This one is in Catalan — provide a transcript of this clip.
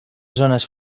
zones